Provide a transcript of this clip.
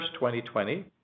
2020